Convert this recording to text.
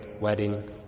wedding